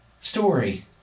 story